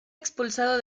expulsado